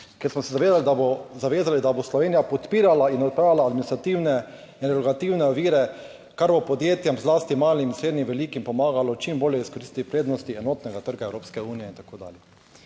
da bo zavezali, da bo Slovenija podpirala in odpravila administrativne in regulativne ovire, kar bo podjetjem, zlasti malim in srednje velikim, pomagalo čim bolje izkoristiti prednosti enotnega trga, Evropske unije in tako dalje.